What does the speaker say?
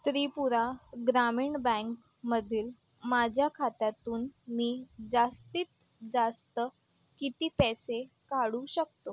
त्रिपुरा ग्रामीण बँकमधील माझ्या खात्यातून मी जास्तीत जास्त किती पैसे काढू शकतो